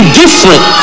different